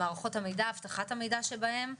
מערכות המידע ואבטחת המידע שבהן,